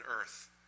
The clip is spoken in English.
earth